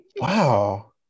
Wow